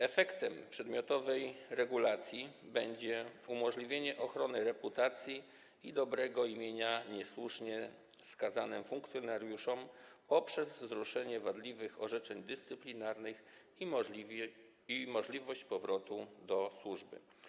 Efektem przedmiotowej regulacji będzie umożliwienie ochrony reputacji i dobrego imienia niesłusznie skazanym funkcjonariuszom poprzez wzruszenie wadliwych orzeczeń dyscyplinarnych i możliwość powrotu do służby.